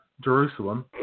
Jerusalem